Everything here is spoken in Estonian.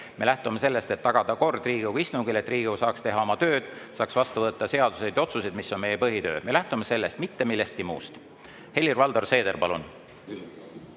Me lähtume sellest, et tagada kord Riigikogu istungil, et Riigikogu saaks teha oma tööd, saaks vastu võtta seaduseid ja otsuseid, mis on meie põhitöö. Me lähtume sellest, mitte millestki muust. Helir-Valdor Seeder, palun!